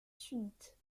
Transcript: sunnites